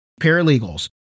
paralegals